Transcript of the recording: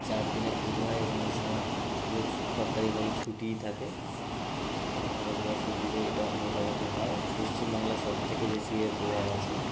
চার দিনের পুজো হয় এবং এই সময় প্রচুর সরকারিভাবে ছুটিই থাকে সারা ভারতবর্ষ জুড়েই এটা মোটামুটি হয় পশ্চিমবাংলায় সব থেকে বেশি এর প্রভাব আছে